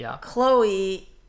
Chloe